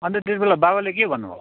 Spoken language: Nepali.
अनि त त्यतिबेला बाबाले के भन्नुभयो